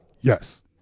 Yes